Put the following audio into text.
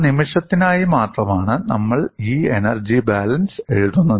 ആ നിമിഷത്തിനായി മാത്രമാണ് നമ്മൾ ഈ എനർജി ബാലൻസ് എഴുതുന്നത്